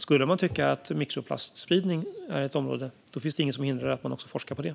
Skulle de tycka att mikroplastspridning är ett sådant område är det inget som hindrar att man också forskar på det.